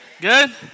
Good